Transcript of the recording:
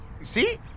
See